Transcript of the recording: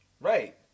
Right